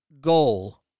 goal